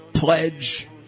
pledge